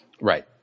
Right